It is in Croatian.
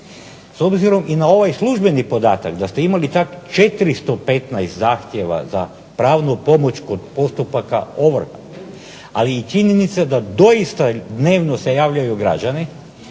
S obzirom na ovaj službeni podatak da ste imali takvih 415 zahtjeva za pravnu pomoć kod postupaka ovrha, ali i činjenice da doista dnevno se javljaju građani